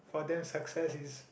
for them success is